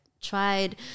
tried